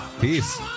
Peace